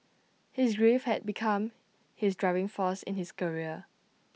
his grief had become his driving force in his career